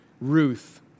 Ruth